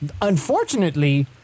unfortunately